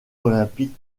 olympiques